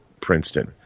Princeton